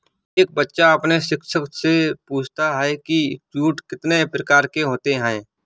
एक बच्चा अपने शिक्षक से पूछता है कि जूट कितने प्रकार के होते हैं?